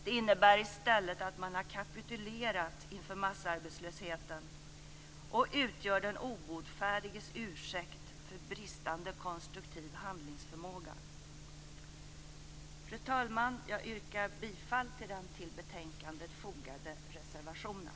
Det innebär i stället att man har kapitulerat inför massarbetslösheten och utgör den obotfärdiges ursäkt för bristande konstruktiv handlingsförmåga. Fru talman! Jag yrkar bifall till den till betänkandet fogade reservationen.